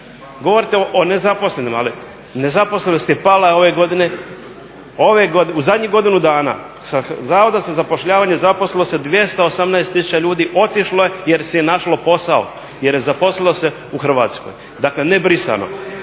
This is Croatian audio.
Govorite o nezaposlenima, ali nezaposlenost je pala ove godine u zadnjih godinu dana sa Zavoda za zapošljavanje zaposlilo se 218 tisuća ljudi otišlo jer si je našlo posao, jer zaposlilo se u Hrvatskoj dakle ne brisano.